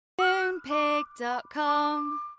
Moonpig.com